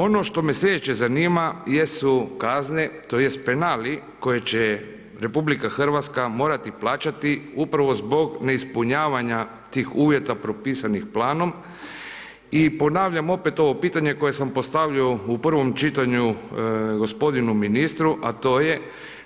Ono što me slijedeće zanima jesu kazne tj. penali koje će RH morati plaćati upravo zbog neispunjavanja tih uvjeta propisanih planom i ponavljam opet ovo pitanje koje sam postavio u prvom čitanju gospodinu ministru, a to je